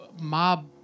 mob